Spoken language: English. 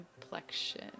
complexion